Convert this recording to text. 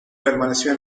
permaneció